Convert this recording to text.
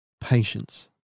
Patience